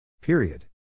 Period